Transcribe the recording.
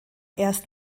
erst